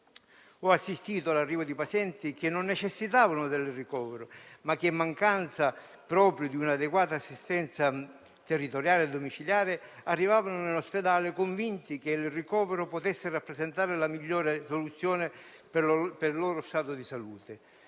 ho assistito all'arrivo di pazienti che non necessitavano del ricovero, ma che in mancanza proprio di un'adeguata assistenza territoriale domiciliare arrivavano in ospedale convinti che il ricovero potesse rappresentare la migliore soluzione per il loro stato di salute.